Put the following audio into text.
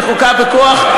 לחוקה בכוח?